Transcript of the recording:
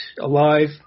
alive